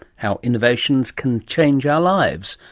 how innovations can change our lives,